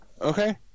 Okay